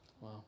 Wow